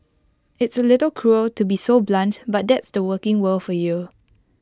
it's A little cruel to be so blunt but that's the working world for you